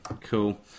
cool